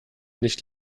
nicht